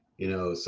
you know, so